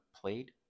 played